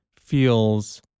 feels